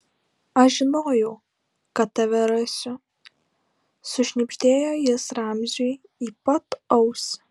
aš žinojau kad tave rasiu sušnibždėjo jis ramziui į pat ausį